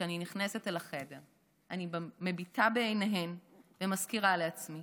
כשאני נכנסת אל החדר אני מביטה בעיניהן ומזכירה לעצמי